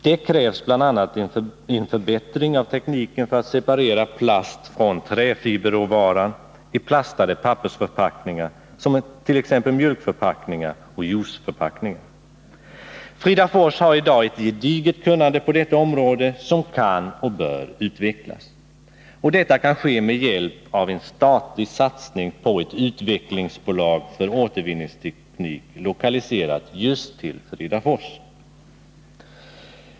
Det krävs bl.a. en förbättring av tekniken för att separera plast från träfiberråvaran i plastade pappersförpackningar, t.ex. mjölkoch juiceförpackningar. Fridafors har i dag ett gediget kunnande på detta område som kan och bör utvecklas. Detta kan ske med hjälp av en statlig satsning på ett utvecklingsbolag för återvinningsteknik, lokaliserat till just Fridafors.